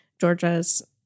Georgia's